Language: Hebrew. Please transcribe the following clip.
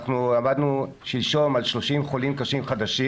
עמדנו שלשום על 30 חולים קשים חדשים.